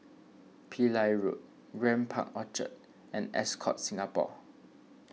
Pillai Road Grand Park Orchard and Ascott Singapore